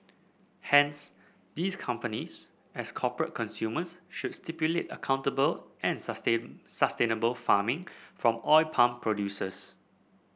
hence these companies as corporate consumers should stipulate accountable and sustain sustainable farming from oil palm producers